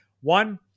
One